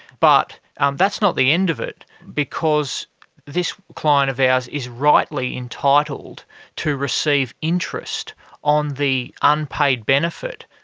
but that's not the end of it because this client of ours is rightly entitled to receive interest on the unpaid benefit.